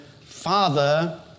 father